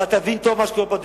אבל תבין טוב מה קורה פה,